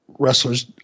wrestlers